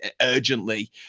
urgently